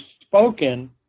spoken